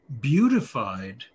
beautified